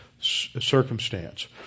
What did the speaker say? circumstance